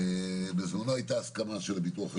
בזמנו הייתה הסכמה של הביטוח הלאומי.